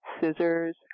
scissors